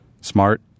smart